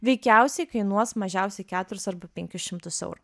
veikiausiai kainuos mažiausiai keturis arba penkis šimtus eurų